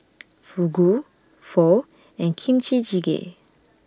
Fugu Pho and Kimchi Jjigae